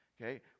Okay